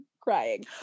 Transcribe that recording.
crying